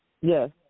Yes